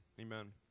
amen